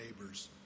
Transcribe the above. neighbors